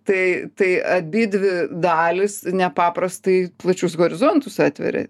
tai tai abidvi dalys nepaprastai plačius horizontus atveria